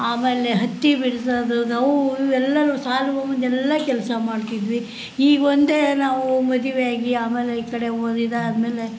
ಆಮೇಲೆ ಹತ್ತಿ ಬಿಡ್ಸೋದು ಅವು ಇವು ಎಲ್ಲರು ಶಾಲಿಗ್ ಹೋಗ್ ಬಂದು ಎಲ್ಲ ಕೆಲಸ ಮಾಡ್ತಿದ್ವಿ ಈಗ ಒಂದೆ ನಾವು ಮದುವೆಯಾಗಿ ಆಮೇಲೆ ಈ ಕಡೆ ಓದಿದ್ದಾದ್ಮೇಲೆ